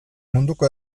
munduko